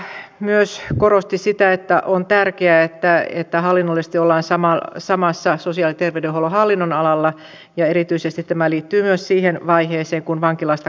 valiokunta myös korosti sitä että on tärkeää että hallinnollisesti ollaan samalla sosiaali ja terveydenhuollon hallinnonalalla ja erityisesti tämä liittyy myös siihen vaiheeseen kun vankilasta kotiudutaan